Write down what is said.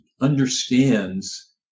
understands